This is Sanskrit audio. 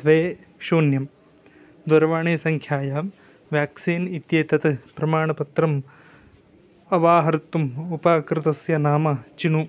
द्वे शून्यं दूरवाणीसङ्ख्यायां व्याक्सीन् इत्येतत् प्रमाणपत्रम् अवाहर्तुम् उपाकृतस्य नाम चिनु